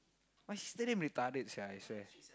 my sister damn retarded sia I swear